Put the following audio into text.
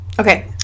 Okay